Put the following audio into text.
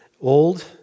old